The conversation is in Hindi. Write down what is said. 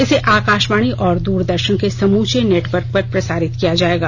इसे आकाशवाणी और द्रदर्शन के समूचे नेटवर्क पर प्रसारित किया जाएगा